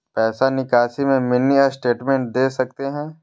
पैसा निकासी में मिनी स्टेटमेंट दे सकते हैं?